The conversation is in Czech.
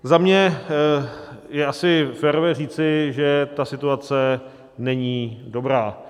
Za mě je asi férové říci, že ta situace není dobrá.